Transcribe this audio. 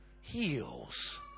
heals